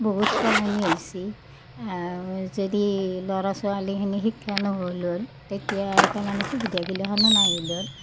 বহুত সলেনি হৈছি যদি ল'ৰা ছোৱালীখিনি শিক্ষা নহ'ল হয় তেতিয়া তাৰমানে সুবিধা গিলাখানো নাহিল হয়